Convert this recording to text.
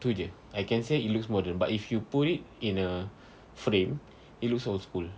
tu jer I can say it looks modern but if you put it in a frame it looks old school